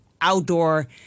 outdoor